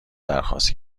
درخواست